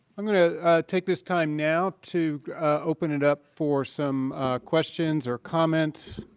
i'm going to take this time now to open it up for some questions or comments